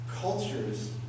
cultures